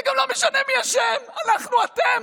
זה גם לא משנה מי אשם, אנחנו, אתם,